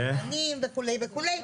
סחטנים וכו' וכו'.